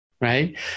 right